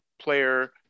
player